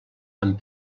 amb